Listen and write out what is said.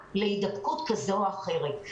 חשיפה להידבקות כזו או אחרת.